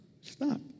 Stop